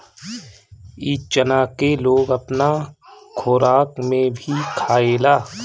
इ चना के लोग अपना खोराक में भी खायेला